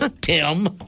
Tim